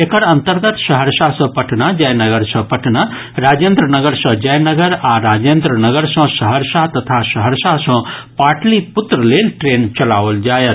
एकर अंतर्गत सहरसा सँ पटना जयनगर सँ पटना राजेन्द्र नगर सँ जयनगर आ राजेन्द्र नगर सँ सहरसा तथा सहरसा सँ पाटलिपुत्र लेल ट्रेन चलाओल जायत